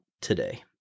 today